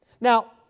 Now